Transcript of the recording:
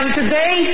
today